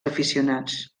aficionats